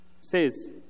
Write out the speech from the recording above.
says